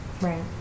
Right